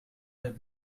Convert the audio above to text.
have